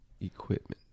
equipment